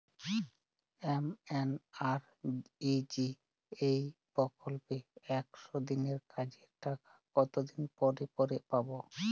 MNREGA প্রকল্পে একশ দিনের কাজের টাকা কতদিন পরে পরে পাব?